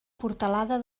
portalada